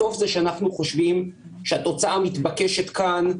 הסוף זה שאנחנו חושבים שהתוצאה המתבקשת כאן,